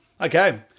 Okay